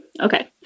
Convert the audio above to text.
Okay